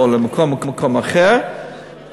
או לכל מקום אחר,